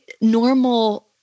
normal